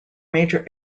major